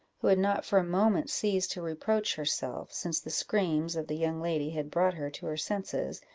who had not for a moment ceased to reproach herself, since the screams of the young lady had brought her to her senses,